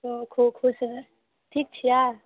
खुब खुश रहू